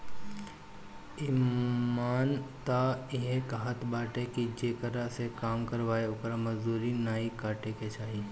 इमान तअ इहे कहत बाटे की जेकरा से काम करावअ ओकर मजूरी नाइ काटे के चाही